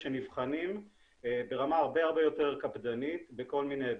שנבחנים ברמה הרבה הרבה יותר קפדנית בכל מיני היבטים,